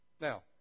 Now